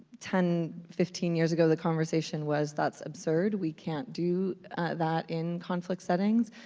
ten, fifteen years ago, the conversation was, that's absurd. we can't do that in conflict settings.